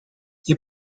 nie